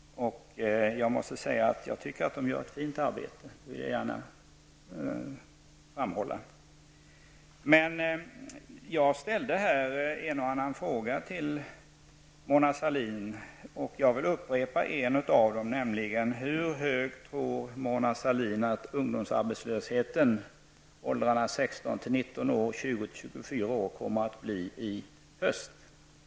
Jag måste säga att jag tycker att de gör ett mycket fint arbete. Det vill jag gärna framhålla. Jag ställde en och annan fråga till statsrådet Sahlin. Jag vill upprepa en av dem, nämligen: Hur hög tror 16--19 år och 20--24 år kommer att bli i höst?